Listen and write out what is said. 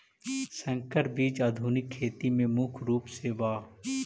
संकर बीज आधुनिक खेती में मुख्य रूप से बा